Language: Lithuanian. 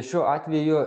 šiuo atveju